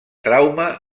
trauma